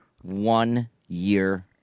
one-year